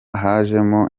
hajemo